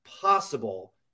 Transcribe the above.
possible